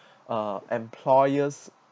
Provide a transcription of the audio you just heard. uh employers